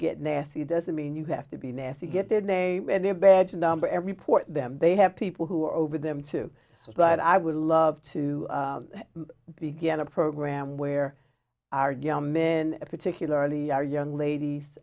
get nasty doesn't mean you have to be nasty get their name and their badge number every port them they have people who are over them too but i would love to begin a program where our young men particularly our young ladies